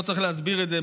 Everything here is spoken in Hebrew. לא צריך להסביר את זה,